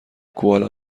کوالا